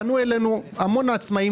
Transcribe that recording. פנו אלינו המון עצמאים כאלה.